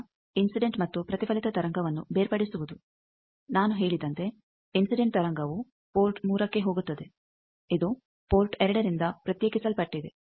ಈಗ ಇನ್ಸಿಡೆಂಟ್ ಮತ್ತು ಪ್ರತಿಫಲಿತ ತರಂಗವನ್ನು ಬೇರ್ಪಡಿಸುವುದು ನಾನು ಹೇಳಿದಂತೆ ಇನ್ಸಿಡೆಂಟ್ ತರಂಗವು ಪೋರ್ಟ್ 3ಕ್ಕೆ ಹೋಗುತ್ತದೆ ಇದು ಪೋರ್ಟ್ 2ರಿಂದ ಪ್ರತ್ಯೇಕಿಸಲ್ಪಟ್ಟಿದೆ